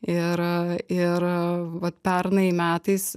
ir ir vat pernai metais